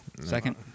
Second